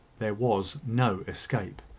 there was no escape.